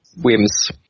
whims